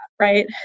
Right